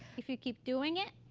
if you keep doing it,